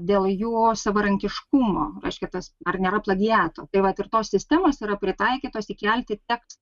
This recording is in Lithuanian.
dėl jo savarankiškumo reiškia tas ar nėra plagiato vat ir tos sistemos yra pritaikytos įkelti tekstą